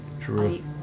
True